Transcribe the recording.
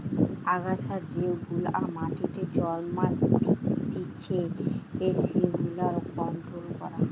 আগাছা যেগুলা মাটিতে জন্মাতিচে সেগুলার কন্ট্রোল করা